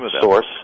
source